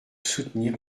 soutenir